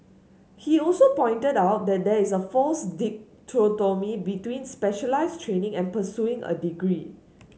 he also pointed out that there is a false dichotomy between specialised training and pursuing a degree